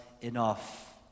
enough